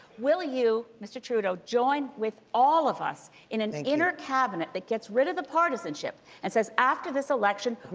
will you, mr. trudeau, join with all of us in an inner cabinet that gets rid of the partisanship and says after this election,